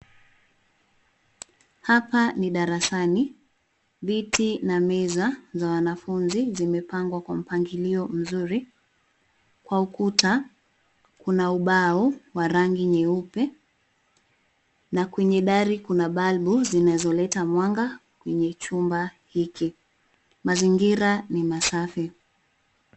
Hapa ni darasani, viti na meza za wanafunzi zimepangwa kwa mpangilio mzuri, kwa ukuta, kuna ubao wa rangi nyeupe na kwenye dari kuna balbu zinazoleta mwanga kwenye chumba hiki, mazingira ni masafi.